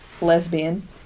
lesbian